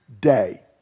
day